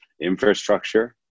infrastructure